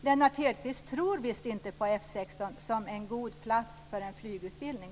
Lennart Hedquist tror visst inte på F 16 som en god plats för en flygutbildning.